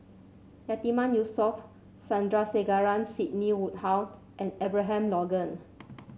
Yatiman Yusof Sandrasegaran Sidney Woodhull and Abraham Logan